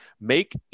make